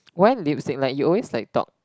why lipstick like you always like talk